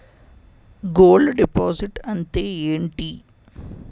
Gold deposit అంతే ఎంటి?